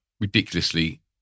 ridiculously